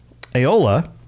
Aola